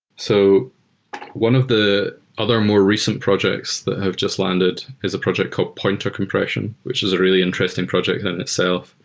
so one of the other more recent projects that have just landed is a project called pointer compression, which is a really interesting project than itself.